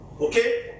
Okay